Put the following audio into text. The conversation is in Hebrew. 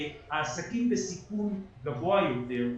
העסקים בסיכון גבוה יותר,